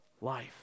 life